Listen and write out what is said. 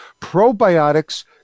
Probiotics